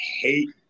hate